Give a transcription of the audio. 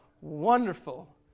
wonderful